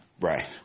Right